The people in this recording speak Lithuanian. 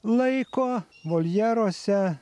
laiko voljeruose